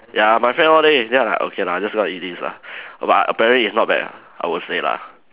ya my friend all there then I like okay lah I just gonna eat this lah but apparently it's not bad lah I would say lah